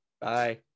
Bye